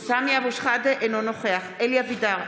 אינו נוכח אלי אבידר,